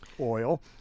oil